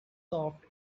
soft